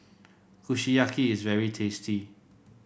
kushiyaki is very tasty